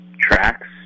tracks